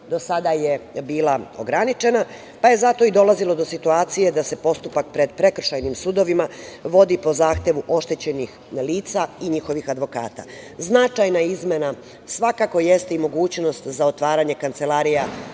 do sada je bila ograničena, pa je zato dolazilo do situacije da se postupak pred prekršajnim sudovima vodi po zahtevu oštećenih lica i njihovih advokata. Značajna izmena svakako jeste i mogućnost za otvaranje kancelarija